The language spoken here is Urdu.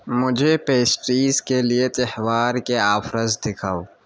مجھے پیسٹریز کے لیے تہوار کے آفرز دکھاؤ